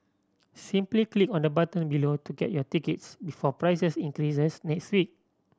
simply click on the button below to get your tickets before prices increase next week